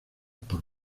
por